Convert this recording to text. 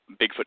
Bigfoot